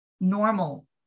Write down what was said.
normal